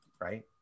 Right